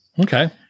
Okay